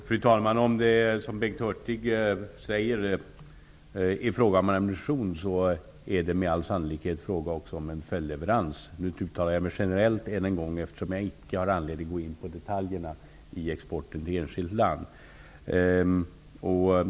Fru talman! Om det, som Bengt Hurtig säger, är fråga om ammunition är det med all sannolikhet fråga om en följdleverans. Nu uttalar jag mig än en gång generellt, eftersom jag icke har anledning att gå in i detaljerna vad gäller export till enskilt land.